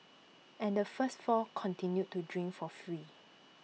and the first four continued to drink for free